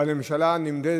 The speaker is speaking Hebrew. תן לה את